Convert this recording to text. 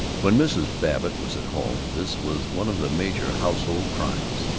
when mrs. babbitt was at home, this was one of the major household crimes.